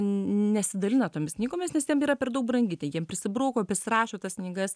n nesidalina tomis knygomis nes jiem yra per daug brangi tai jiem prisibrauko prisirašo tas knygas